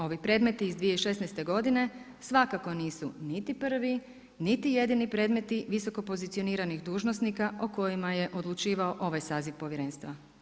Ovi predmeti iz 2016. godine svakako nisu niti prvi, niti jedini predmeti visoko pozicioniranih dužnosnika o kojima je odlučivao ovaj saziv Povjerenstva.